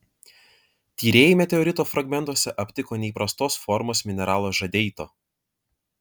tyrėjai meteorito fragmentuose aptiko neįprastos formos mineralo žadeito